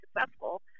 successful